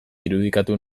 irudikatu